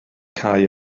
cau